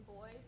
boys